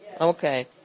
Okay